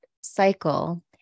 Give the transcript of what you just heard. cycle